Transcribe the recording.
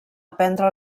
aprendre